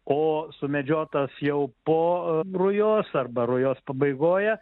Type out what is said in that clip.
o sumedžiotas jau po rujos arba rujos pabaigoje